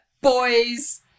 boys